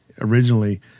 originally –